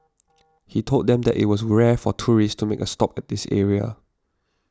he told them that it was rare for tourists a stop at this area